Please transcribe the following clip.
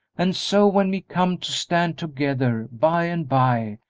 and so, when we come to stand together, by and by,